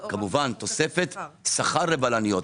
תוספת שכר לבלניות.